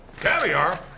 Caviar